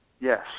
Yes